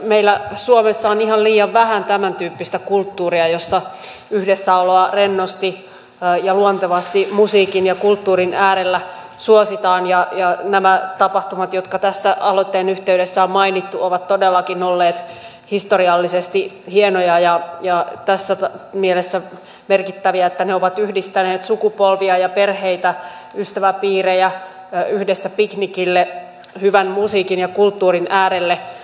meillä suomessa on ihan liian vähän tämäntyyppistä kulttuuria jossa yhdessäoloa rennosti ja luontevasti musiikin ja kulttuurin äärellä suositaan ja nämä tapahtumat jotka tässä aloitteen yhteydessä on mainittu ovat todellakin olleet historiallisesti hienoja ja tässä mielessä merkittäviä että ne ovat yhdistäneet sukupolvia ja perheitä ystäväpiirejä yhdessä piknikille hyvän musiikin ja kulttuurin äärelle